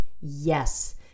yes